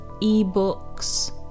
eBooks